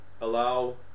allow